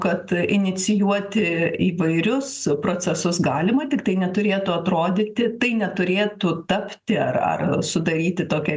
kad inicijuoti įvairius procesus galima tiktai neturėtų atrodyti tai neturėtų tapti ar ar sudaryti tokią